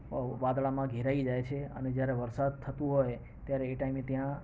વાદળામાં ઘેરાઈ જાય છે અને જ્યારે વરસાદ થતું હોય ત્યારે એ ટાઈમે ત્યાં